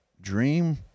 dream